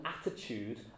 attitude